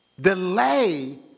delay